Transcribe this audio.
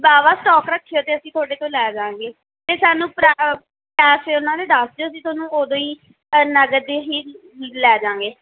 ਵਾਹਵਾ ਸਟੋਕ ਰੱਖਿਓ ਅਤੇ ਅਸੀਂ ਤੁਹਾਡੇ ਤੋਂ ਲੈ ਜਾਂਗੇ ਅਤੇ ਸਾਨੂੰ ਪਾ ਪੈਸੇ ਉਹਨਾਂ ਦੇ ਦੱਸ ਦਿਓ ਅਸੀਂ ਤੁਹਾਨੂੰ ਉਦੋਂ ਹੀ ਨਕਦ ਦੀ ਲੈ ਜਾਂਗੇ